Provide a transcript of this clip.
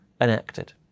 enacted